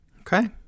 Okay